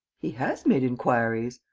he has made inquiries.